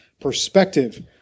perspective